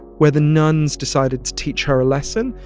where the nuns decided to teach her a lesson.